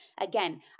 Again